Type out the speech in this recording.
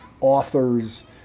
authors